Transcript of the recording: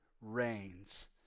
reigns